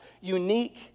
unique